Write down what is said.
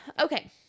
Okay